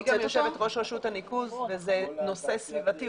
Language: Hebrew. אני גם יושבת ראש רשות הניקוז וזה נושא סביבתי,